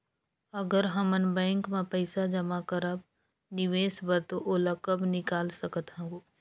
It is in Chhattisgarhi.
अगर हमन बैंक म पइसा जमा करब निवेश बर तो ओला कब निकाल सकत हो?